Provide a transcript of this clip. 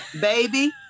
baby